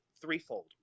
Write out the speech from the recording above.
threefold